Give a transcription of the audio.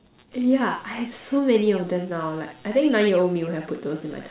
and yeah I have so many of them now like I think nine year old me would have put those in my time capsule